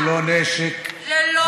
ללא נשק, ללא נשק.